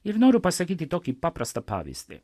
ir noriu pasakyti tokį paprastą pavyzdį